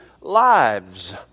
lives